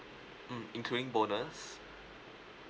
mm including bonus